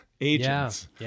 agents